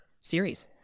series